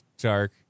dark